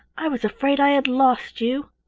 i was afraid i had lost you.